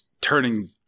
turning